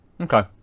Okay